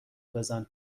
بزن